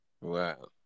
Wow